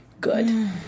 good